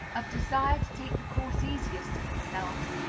of desire to take the course easiest to themselves,